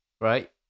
right